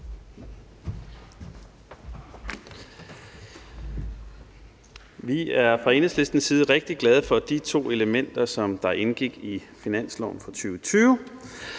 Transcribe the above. Vi er fra Enhedslistens side rigtig glade for de to elementer, som indgik i finansloven for 2020,